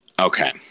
Okay